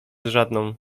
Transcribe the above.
żadną